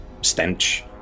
stench